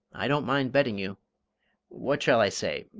i don't mind betting you what shall i say?